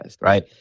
right